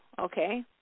okay